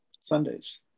sundays